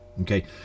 Okay